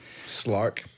slark